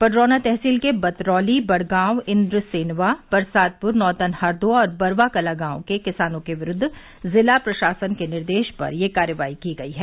पडरौना तहसील के बतरौली बड़गांव इंद्रसेनवा परसादपुर नौतन हर्दो और बरवा कला गांवों के किसानों के विरूद्व जिला प्रशासन के निर्देश पर यह कार्रवाई की गई है